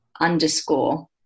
underscore